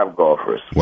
golfers